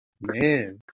Man